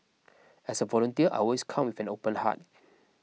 as volunteer I always come with an open heart